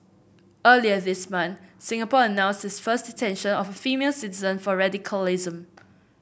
earlier this month Singapore announced its first detention of female citizen for radicalism